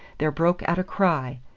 there broke out a cry.